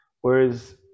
whereas